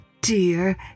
dear